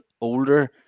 older